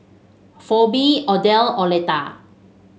Pheobe Odell and Oleta